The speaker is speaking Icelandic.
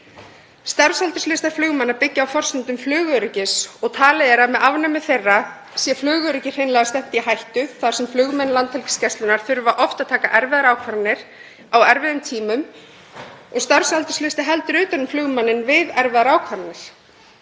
Starfsaldurslistar flugmanna byggi á forsendum flugöryggis og talið er að með afnámi þeirra sé flugöryggi hreinlega stefnt í hættu þar sem flugmenn Landhelgisgæslunnar þurfa oft að taka erfiðar ákvarðanir á erfiðum tímum og starfsaldurslistinn heldur utan um flugmanninn við erfiðar ákvarðanir.